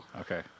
Okay